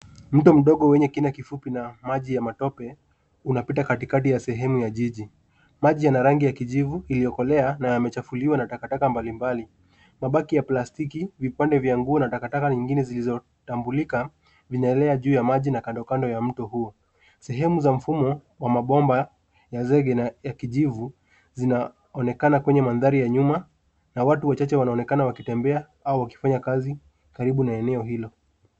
Mto kidogo wenye kina kifupi maji ya matope unapita katikati ya sehemu ya jiji. Maji yana rangi ya kijivu iliyokolea na yamechafuliwa na takataka mbalimbali. Mabaki ya plastiki, vipande vya nguo na takataka nyingine zilizotambuliwa vinaelea juu ya maji na kando kando ya mto huu. Sehemu za mfumo wa mabomba na zege ya kijivu zinaonekana kwenye mandhari ya nyuma na watu wachache wanaonekana wakitembea au wakifanya kazi karibu na eneo hilo.